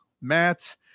Matt